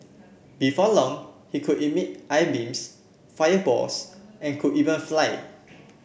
before long he could emit eye beams fireballs and could even fly